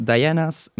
Diana's